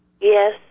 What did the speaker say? Yes